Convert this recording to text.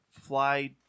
fly